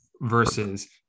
versus